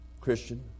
Christian